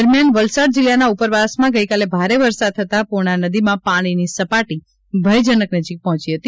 દરમિયાન વલસાડ જિલ્લાના ઉપરવાસમાં ગઈકાલે ભારે વરસાદ થતાં પૂર્ણા નદીમાં પાણીની સપાટી ભયજનક નજીક પહોંચી હતી